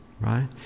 Right